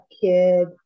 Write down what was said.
kid